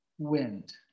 wind